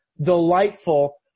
delightful